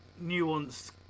nuanced